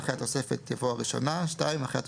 אחרי "התוספת" יבוא "הראשונה"; אחרי "התוספת"